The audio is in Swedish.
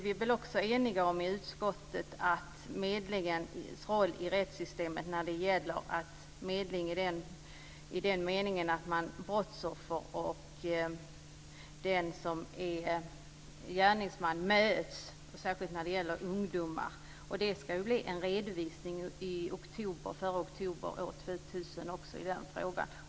Vi är eniga i utskottet om medlingens roll i rättssystemet och tycker att det är viktigt att brottsoffret och gärningsmannen möts, särskilt när det gäller ungdomar. Det ska komma en redovisning före oktober i år i den frågan.